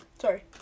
Sorry